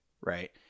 right